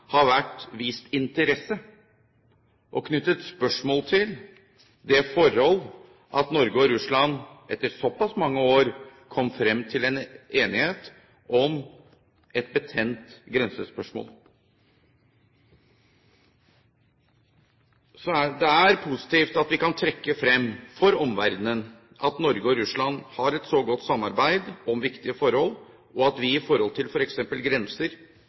har vært vist interesse for og knyttet spørsmål til det forhold at Norge og Russland etter såpass mange år kom frem til enighet om et betent grensespørsmål. Det er positivt at vi kan trekke frem for omverdenen at Norge og Russland har et så godt samarbeid om viktige forhold, og at vi når det gjelder f.eks. grenser,